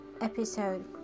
episode